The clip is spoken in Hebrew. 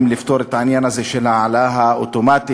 לפתור את העניין הזה של ההעלאה האוטומטית